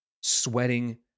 sweating